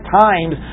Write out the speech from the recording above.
times